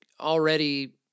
already